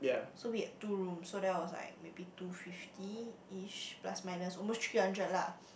so we had two room so that was like maybe two fifty each plus minus almost three hundred lah